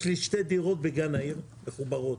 יש לי שתי דירות בגן העיר, מחוברות.